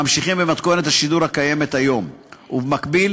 ממשיכים במתכונת השידור הקיימת היום ובמקביל